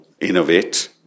innovate